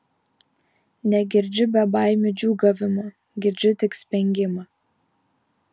negirdžiu bebaimių džiūgavimo girdžiu tik spengimą